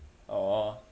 oh